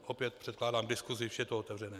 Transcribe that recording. Opět předkládám k diskusi, vše je to otevřené.